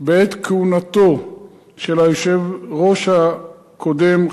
בעת כהונתו של היושב-ראש הקודם,